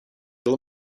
let